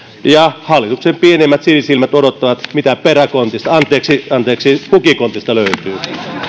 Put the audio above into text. ja hallituksen pienimmät sinisilmät odottavat mitä peräkontista anteeksi anteeksi pukinkontista löytyy